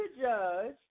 judge